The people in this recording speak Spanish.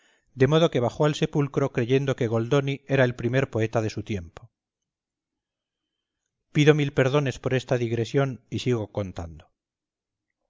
de modo que bajó al sepulcro creyendo que goldoni era el primer poeta de su tiempo pido mil perdones por esta digresión y sigo contando